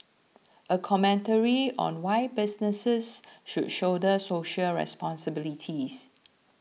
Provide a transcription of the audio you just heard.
a commentary on why businesses should shoulder social responsibilities